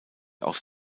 aus